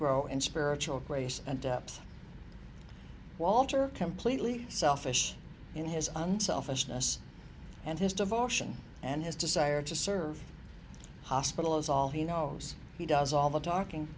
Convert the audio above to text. grow in spiritual grace and walter completely selfish in his on selfishness and his devotion and his desire to serve hospital as all he knows he does all the talking